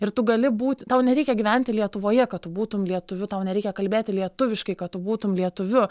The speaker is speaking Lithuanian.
ir tu gali būt tau nereikia gyventi lietuvoje kad tu būtum lietuviu tau nereikia kalbėti lietuviškai kad tu būtum lietuviu